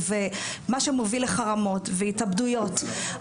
ומה שמוביל לחרמות והתאבדויות.